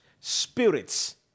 spirits